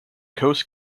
coast